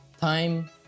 time